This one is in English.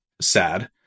sad